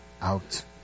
out